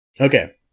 okay